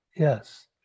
Yes